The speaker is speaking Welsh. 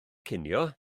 cinio